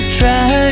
try